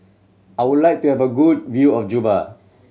I would like to have a good view of Juba